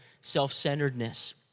self-centeredness